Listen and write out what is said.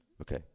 Okay